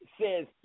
says